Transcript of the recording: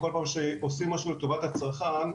כל פעם שעושים משהו לטובת הצרכן,